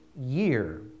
year